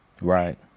Right